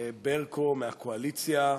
ברקו מהקואליציה,